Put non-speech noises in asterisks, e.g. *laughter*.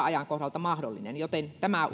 *unintelligible* ajalta ajalta mahdollinen joten tämä *unintelligible*